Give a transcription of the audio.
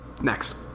Next